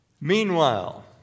Meanwhile